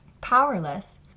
powerless